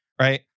right